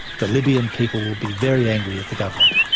the libyan people will be very angry at the government.